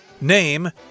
Name